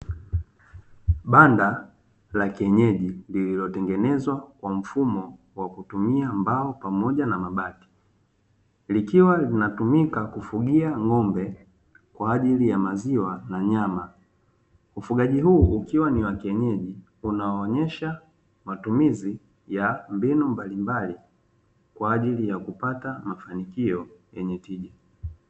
Banda la kienyeji lililotengenezwa kwa mfumo wa kutumia mbao pamoja na mabati, likiwa zinatumika kufugia ng'ombe kwa ajili ya maziwa na nyama ufugaji huu ukiwa ni wa kienyeji unawaonyesha matumizi ya mbinu mbalimbali kwa yakupata mafanikio yenye tija.